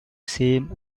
same